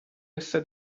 essa